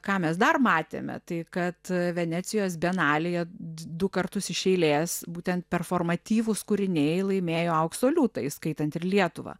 ką mes dar matėme tai kad venecijos bienalėje du kartus iš eilės būtent performatyvūs kūriniai laimėjo aukso liūtą įskaitant ir lietuvą